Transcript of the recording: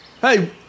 Hey